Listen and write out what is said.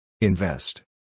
Invest